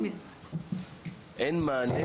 אין מענה.